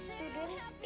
Students